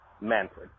Manfred